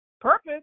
purpose